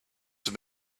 have